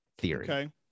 theory